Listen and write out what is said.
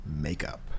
makeup